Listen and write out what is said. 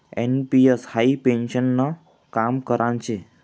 NPS हाई पेन्शननं काम करान शे